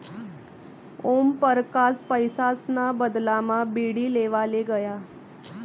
ओमपरकास पैसासना बदलामा बीडी लेवाले गया